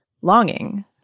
longing